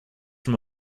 from